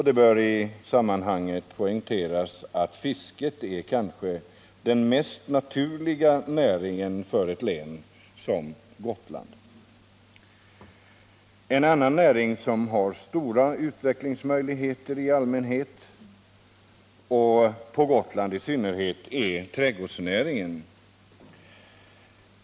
Det bör i sammanhanget poängteras, att fisket är den kanske mest naturliga näringen för ett län som Gotland. En annan näringsgren som har stora utvecklingsmöjligheter i allmänhet och på Gotland i synnerhet är trädgårdsnäringen.